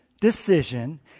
decision